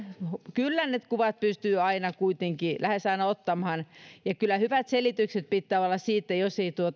kyllä ne kuvat pystyy kuitenkin aina lähes aina ottamaan kyllä hyvät selitykset pitää olla jos ei